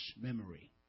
memory